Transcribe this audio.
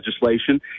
legislation